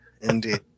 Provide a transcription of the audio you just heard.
indeed